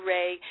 Ray